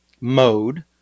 mode